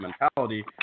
mentality